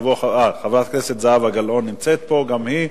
חברת הכנסת זהבה גלאון נמצאת פה גם היא.